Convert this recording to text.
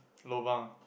lobang